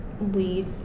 we-